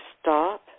stop